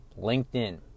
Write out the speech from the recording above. LinkedIn